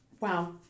Wow